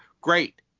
Great